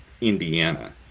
Indiana